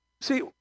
See